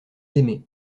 aimé